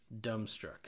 dumbstruck